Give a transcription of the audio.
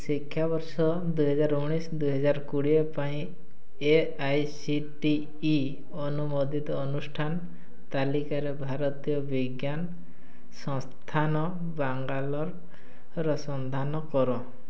ଶିକ୍ଷାବର୍ଷ ଦୁଇହାଜର ଉଣେଇଶି ଦୁଇହାଜର କୋଡ଼ିଏ ପାଇଁ A I C T E ଅନୁମୋଦିତ ଅନୁଷ୍ଠାନ ତାଲିକାରେ ଭାରତୀୟ ବିଜ୍ଞାନ ସଂସ୍ଥାନ ବାଙ୍ଗାଲୋରର ସନ୍ଧାନ କର